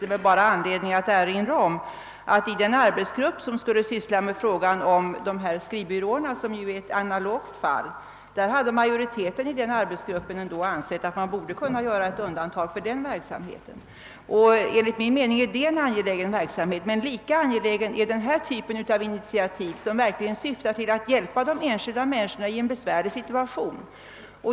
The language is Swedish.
Jag vill med anledning härav bara erinra :om att majoriteten i den arbetsgrupp, som skulle utreda frågan om skrivbyråerna, vilka utgör ett analogt fall, har ansett att man borde kunna göra ett undantag för denna verksamhet. Enligt min mening är det därvidlag fråga om en angelägen verksamhet. Lika angelägen är emellertid denna typ av initiativ som verkligen syftar till att ge: enskilda människor hjälp i en besvärlig situation.